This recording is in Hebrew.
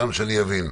שאני אבין?